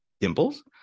Dimples